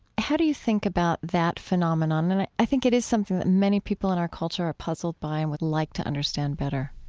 how do you think about that phenomenon? and i think it is something that many people in our culture are puzzled by and would like to understand better